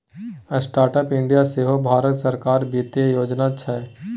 startup India सेहो भारत सरकारक बित्तीय योजना छै